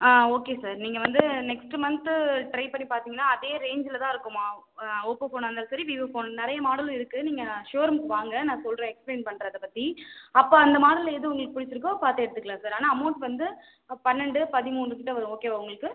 ஆ okay sir நீங்கள் வந்து next month try பண்ணிப் பார்த்தீங்கன்னா அதே ரேஞ்சில் தான் இருக்கும் மா ஓப்போ ஃபோனாக இருந்தாலும் சரி வீவோ ஃபோன் நிறைய மாடலு இருக்குது நீங்கள் ஷோரூமுக்கு வாங்க நான் சொல்கிறேன் எக்ஸ்ப்ளைன் பண்ணுறேன் அதைப் பற்றி அப்போ அந்த மாடலில் எது உங்களுக்கு பிடிச்சிருக்கோ பார்த்து எடுத்துக்கலாம் சார் ஆனால் அமௌண்ட் வந்து பன்னெண்டு பதிமூணுக்கிட்டே வரும் ஓகேவா உங்களுக்கு